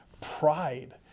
pride